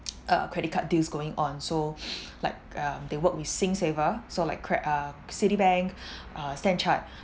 uh credit card deals going on so like uh they work with SingSaver so like cra~ uh Citibank uh stanchart